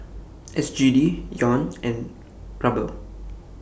S G D Yuan and Ruble